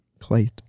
Clay